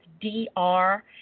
D-R